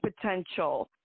potential